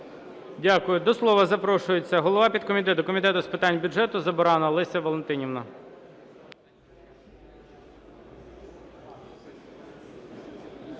Дякую. До слова запрошується голова підкомітету Комітету з питань бюджету Забуранна Леся Валентинівна.